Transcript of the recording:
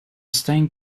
stained